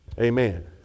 Amen